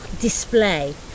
display